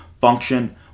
function